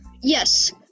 yes